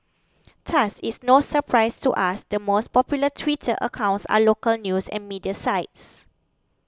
thus it's no surprise to us the most popular Twitter accounts are local news and media sites